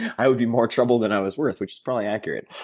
i would be more trouble than i was worth, which is probably accurate.